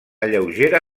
lleugera